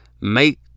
make